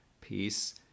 Peace